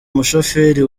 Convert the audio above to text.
mushoferi